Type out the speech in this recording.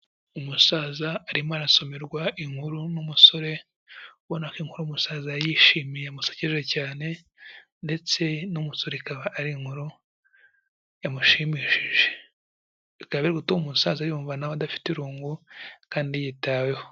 Umusaza arimo arasomerwa inkuru n'umusore ubona ko inkuru umusaza yayishimiye yamusekeje cyane ndetse n'umusore ikaba ari inkuru yamushimishije, bikaba biri gutuma umusaza yumva nawe adafite irungu kandi yitaweho.